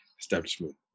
establishment